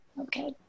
Okay